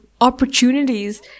opportunities